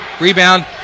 rebound